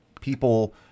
people